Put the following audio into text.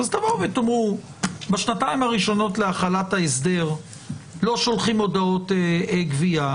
אז תבואו ותאמרו שבשנתיים הראשונות להחלת ההסדר לא שולחים הודעות גבייה.